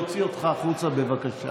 התחננת להיות בממשלה.